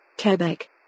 Quebec